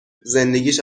زندگیش